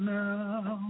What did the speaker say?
now